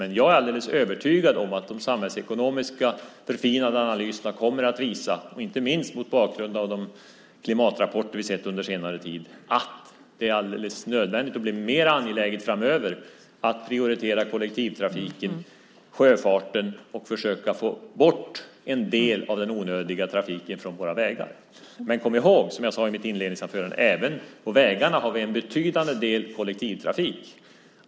Men jag är alldeles övertygad om att de samhällsekonomiska, förfinade analyserna kommer att visa, inte minst mot bakgrund av de klimatrapporter vi sett under senare tid, att det är alldeles nödvändigt och blir mer angeläget framöver att prioritera kollektivtrafiken och sjöfarten och att försöka få bort en del av den onödiga trafiken från våra vägar. Men kom ihåg, som jag sade i mitt inledningsanförande: Även på vägarna har vi en betydande del kollektivtrafik.